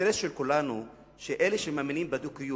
האינטרס של כולנו הוא שאלה שמאמינים בדו-קיום,